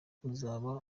uzaba